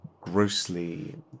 grossly